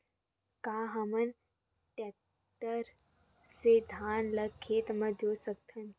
का हमन टेक्टर से धान के खेत ल जोत सकथन?